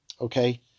okay